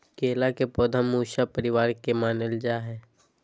केला के पौधा मूसा परिवार के मानल जा हई